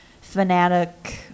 fanatic